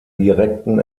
direkten